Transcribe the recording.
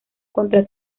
contra